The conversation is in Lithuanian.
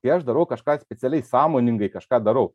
kai aš darau kažką specialiai sąmoningai kažką darau